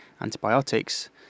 antibiotics